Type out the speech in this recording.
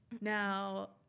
Now